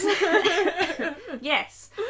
Yes